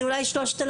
זה אולי 3,000,